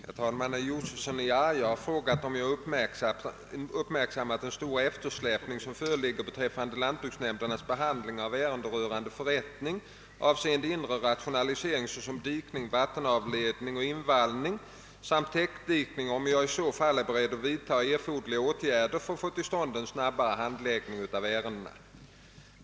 Herr talman! Herr Josefson i Arrie har frågat om jag uppmärksammat den stora eftersläpning som föreligger beträffande lantbruksnämndernas behandling av ärenden rörande förrättningar avseende inre rationalisering såsom dikning, vattenavledning och invallning samt täckdikning och om jag i så fall är beredd vidta erforderliga åtgärder för att få till stånd en snabbare handläggning av ärendena.